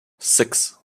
six